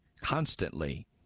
constantly